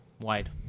wide